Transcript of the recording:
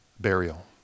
burial